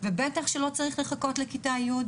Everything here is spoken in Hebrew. ובטח שלא צריך לחכות לכיתה י',